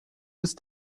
ist